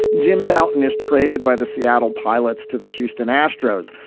jim bouton is traded by the seattle pilots to the houston astros.